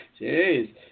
Jeez